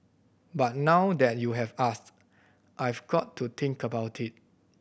but now that you have asked I've got to think about it